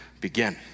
begin